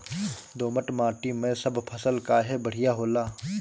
दोमट माटी मै सब फसल काहे बढ़िया होला?